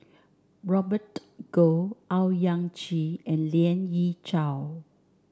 Robert Goh Owyang Chi and Lien Ying Chow